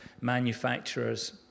manufacturers